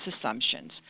assumptions